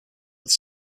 with